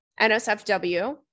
NSFW